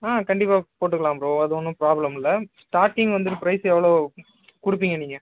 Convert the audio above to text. ஆ கண்டிப்பாக போட்டுக்கலாம் ப்ரோ அது ஒன்று பிராப்ளம் இல்லை ஸ்டாட்டிங் வந்துட்டு பிரைஸ் எவ்வளோ கொடுப்பீங்க நீங்கள்